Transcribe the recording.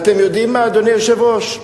אדוני היושב-ראש,